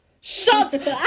shut